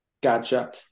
Gotcha